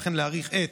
וכן להאריך את